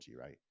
right